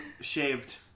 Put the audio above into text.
shaved